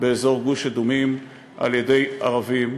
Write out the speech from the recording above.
באזור גוש-אדומים על-ידי ערבים,